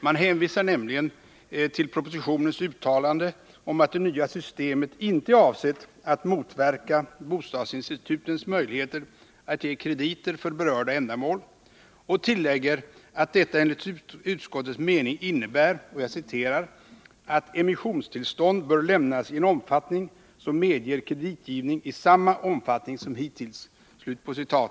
Man hänvisar nämligen till propositionens uttalande om att det nya systemet inte är avsett att motverka bostadsinstitutens möjligheter att ge krediter för berörda ändamål och tillägger att detta enligt utskottets mening innebär ”att emissionstillstånd bör lämnas i en omfattning som medger kreditgivning i samma omfattning som hittills”.